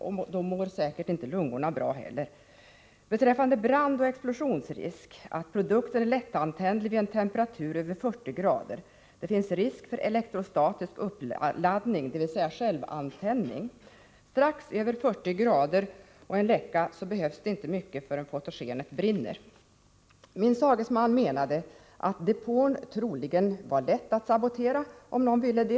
Lungorna tar säkert också skada. Beträffande brandoch explosionsrisk har uppgivits att produkten är lättantändlig vid en temperatur som överstiger 40”. Vidare finns det risk för elektrostatisk uppladdning, dvs. självantändning. Om temperaturen stiger till något över 40?” och det uppstår en läcka, då behövs det alltså inte mycket förrän fotogenen brinner. Min sagesman menade att depån troligen var lätt att sabotera, om någon ville det.